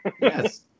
Yes